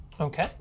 Okay